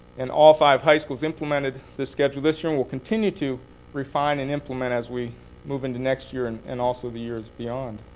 and all five high schools implemented this schedule this year. and we'll continue to refine and implement as we move into next year, and and also the years beyond.